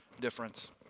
difference